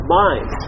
mind